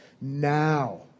Now